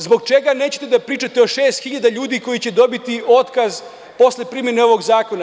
Zbog čega nećete da pričate o 6.000 ljudi koji će dobiti otkaz posle primene ovog zakona?